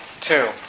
two